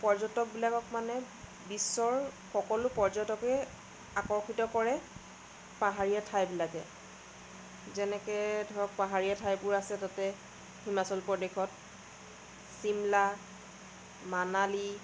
পৰ্যটক বিলাকক মানে বিশ্বৰ সকলো পৰ্যটককে আকৰ্ষিত কৰে পাহাৰীয়া ঠাই বিলাকে যেনেকে ধৰক পাহাৰীয়া ঠাইবোৰ আছে তাতে হিমাচল প্ৰদেশত চিমলা মানালী